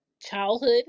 childhood